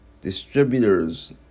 Distributors